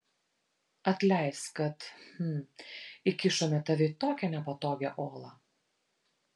atleisk kad hm įkišome tave į tokią nepatogią olą